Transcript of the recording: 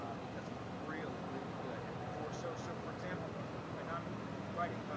um because he's really really good and for so so for example, when when i'm writing,